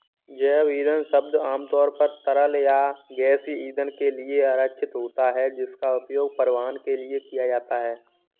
जैव ईंधन शब्द आमतौर पर तरल या गैसीय ईंधन के लिए आरक्षित होता है, जिसका उपयोग परिवहन के लिए किया जाता है